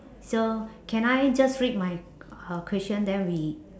so can I just read my uh question then we